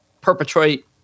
perpetrate